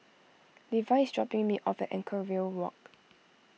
Levie is dropping me off at Anchorvale Walk